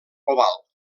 oval